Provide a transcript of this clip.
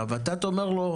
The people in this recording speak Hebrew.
הות"ת אומרת לו: